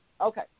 Okay